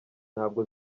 ntabwo